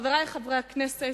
חברי חברי הכנסת,